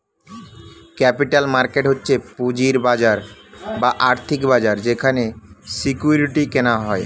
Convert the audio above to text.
capital market হচ্ছে পুঁজির বাজার বা আর্থিক বাজার যেখানে সিকিউরিটি কেনা হয়